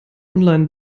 online